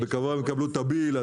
בקרוב הם יקבלו את החשבון.